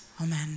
Amen